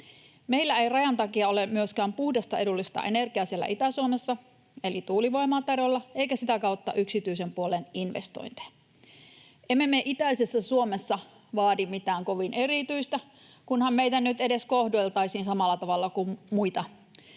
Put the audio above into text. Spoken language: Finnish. Meillä ei rajan takia ole myöskään puhdasta, edullista energiaa eli tuulivoimaa siellä Itä-Suomessa tarjolla eikä sitä kautta yksityisen puolen investointeja. Emme me itäisessä Suomessa vaadi mitään kovin erityistä, kunhan meitä nyt edes kohdeltaisiin samalla tavalla kuin muita maamme